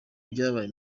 byabaye